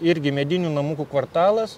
irgi medinių namukų kvartalas